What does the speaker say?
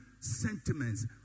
sentiments